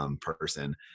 person